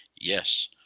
Yes